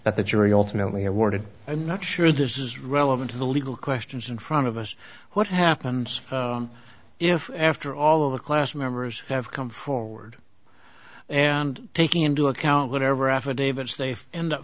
that the jury ultimately awarded i'm not sure this is relevant to the legal questions in front of us what happens if after all of the class members have come forward and taking into account whatever affidavits they and